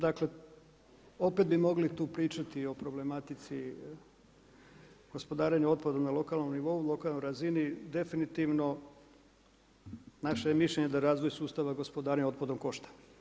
Dakle, opet bi mogli tu pričati o problematici gospodarenju otpadom na lokalnim nivou, lokalnoj razini, definitivno, naše je mišljenje da razvoj sustava gospodarenjem otpadom košta.